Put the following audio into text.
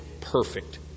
perfect